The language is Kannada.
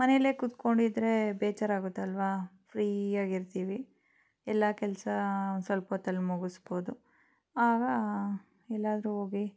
ಮನೆಯಲ್ಲೆ ಕುತ್ಕೊಂಡಿದ್ದರೆ ಬೇಜಾರಾಗುತ್ತೆ ಅಲ್ಲವಾ ಫ್ರೀಯಾಗಿರ್ತೀವಿ ಎಲ್ಲ ಕೆಲಸ ಸ್ವಲ್ಪೊತ್ತಲ್ಲಿ ಮುಗಿಸ್ಬೋದು ಆಗ ಎಲ್ಲಾದ್ರೂ ಹೋಗಿ